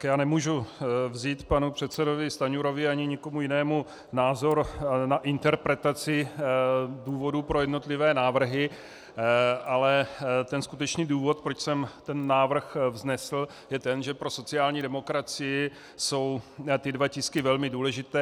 Já nemůžu vzít panu předsedovi Stanjurovi ani nikomu jinému názor na interpretaci důvodů pro jednotlivé návrhy, ale skutečný důvod, proč jsem ten návrh vznesl, je ten, že pro sociální demokracii jsou ty dva tisky velmi důležité.